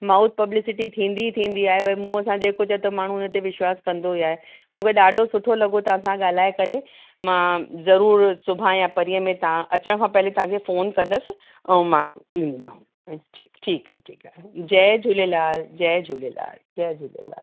mouth publicity थींदी थींदी आहे भई मुंहुं सां जेको चए त माण्हू उन ते विश्वासु कंदो ई आहे मूंखे ॾाढो सुठो लॻो तव्हां सां ॻाल्हाए करे मां ज़रूरु सुभाणे या परींह में तव्हां अचण खां पहिरीं तव्हां फ़ोन कंदसि ऐं मां ईंदमि ठीकु आहे ठीकु आहे जय झूलेलाल जय झूलेलाल जय झूलेलाल